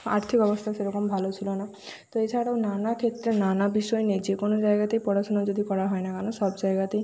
আর্থিক অবস্থা সেরকম ভালো ছিলো না তো এছাড়াও নানা ক্ষেত্রে নানা বিষয় নিয়ে যে কোনো জায়গাতেই পড়াশোনা যদি করা হয় না কেন সব জায়গাতেই